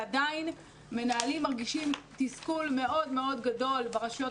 אבל עדיין מנהלים מרגישים תסכול מאוד מאוד גדול ברשויות